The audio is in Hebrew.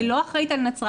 אני לא אחראית על נצרת,